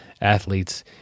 athletes